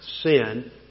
sin